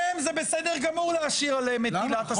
הם זה בסדר גמור להשית עליהם את עילת הסבירות.